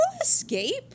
escape